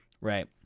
Right